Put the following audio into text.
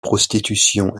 prostitution